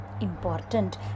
important